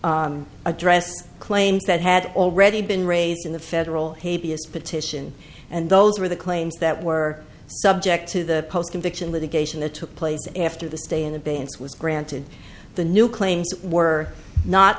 to addressed claims that had already been raised in the federal petition and those were the claims that were subject to the post conviction litigation the took place after the stay in abeyance was granted the new claims were not